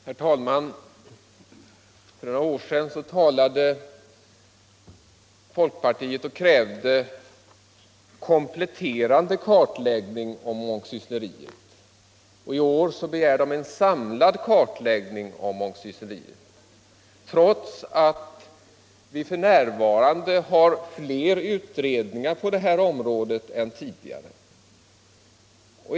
Herr talman! För några år sedan krävde folkpartiet en ”kompletterande” kartläggning av mångsyssleriet. I år begär man en ”samlad” kartläggning, trots att det f.n. finns flera utredningar på detta område än tidigare.